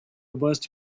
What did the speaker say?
was